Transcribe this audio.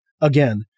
again